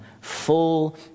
Full